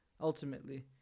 ultimately